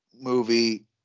movie